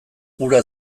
hura